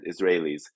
Israelis